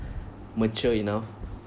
mature enough